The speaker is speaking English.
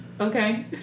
okay